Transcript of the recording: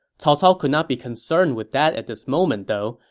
cao cao could not be concerned with that at this moment, though,